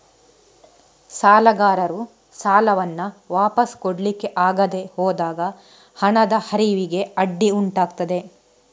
ಸಾಲಗಾರರು ಸಾಲವನ್ನ ವಾಪಸು ಕೊಡ್ಲಿಕ್ಕೆ ಆಗದೆ ಹೋದಾಗ ಹಣದ ಹರಿವಿಗೆ ಅಡ್ಡಿ ಉಂಟಾಗ್ತದೆ